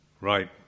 right